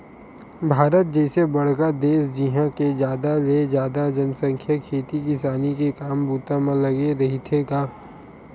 भारत जइसे बड़का देस जिहाँ के जादा ले जादा जनसंख्या खेती किसानी के काम बूता म लगे रहिथे गा